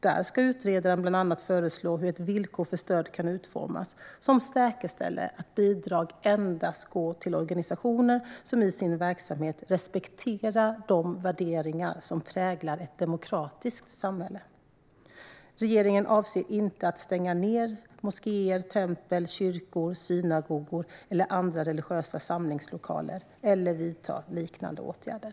Där ska utredaren bland annat föreslå hur ett villkor för stöd kan utformas som säkerställer att bidrag endast går till organisationer som i sin verksamhet respekterar de värderingar som präglar ett demokratiskt samhälle. Regeringen avser inte att stänga ned moskéer, tempel, kyrkor, synagogor eller andra religiösa samlingslokaler eller att vidta liknande åtgärder.